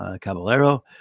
Caballero